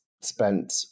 spent